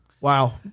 Wow